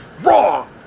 wrong